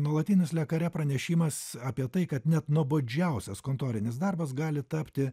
nuolatinis le karė pranešimas apie tai kad net nuobodžiausias kontorinis darbas gali tapti